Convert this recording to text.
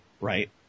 right